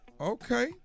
Okay